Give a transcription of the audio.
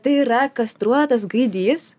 tai yra kastruotas gaidys